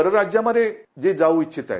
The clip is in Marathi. परराज्यामध्ये जे जाऊ इच्छित आहेत